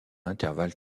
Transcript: intervalles